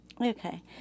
Okay